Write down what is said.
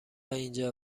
اینجا